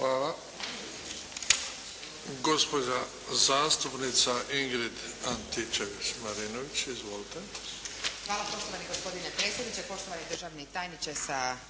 Hvala.